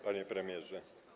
Panie Premierze!